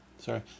Sorry